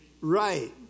Right